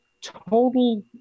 total